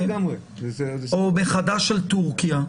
או שוב יצאו לתורכיה,